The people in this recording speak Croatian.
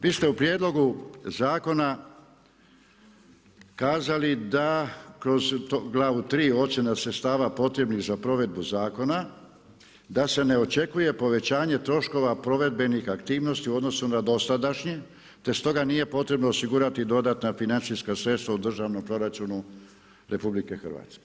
Vi ste u prijedlogu zakona kazali da kroz glavu 3. ocjena sredstava potrebnih za provedbu zakona da se ne očekuje povećanje troškova provedbenih aktivnosti u odnosu na dosadašnje, te stoga nije potrebno osigurati dodatna financijska sredstva u državnom proračunu RH.